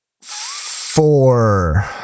four